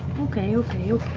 okay, okay.